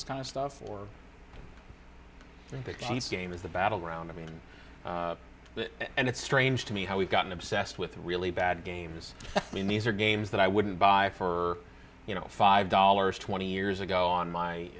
is kind of stuff for me because it's game is the battleground i mean and it's strange to me how we've gotten obsessed with really bad games i mean these are games that i wouldn't buy for you know five dollars twenty years ago on my